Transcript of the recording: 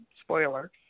spoiler